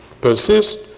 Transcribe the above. persist